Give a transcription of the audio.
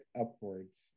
upwards